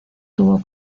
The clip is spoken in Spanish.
tuvo